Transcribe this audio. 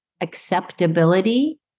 acceptability